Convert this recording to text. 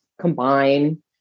combine